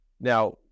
Now